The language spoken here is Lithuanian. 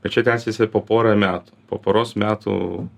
bet čia tęsėsi ir po porą metų po poros metų